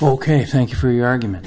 ok thank you for your argument